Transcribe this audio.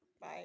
bye